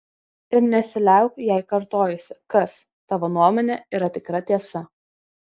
ir nesiliauk jai kartojusi kas tavo nuomone yra tikra tiesa